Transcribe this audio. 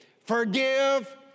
Forgive